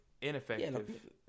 ineffective